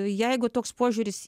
jeigu toks požiūris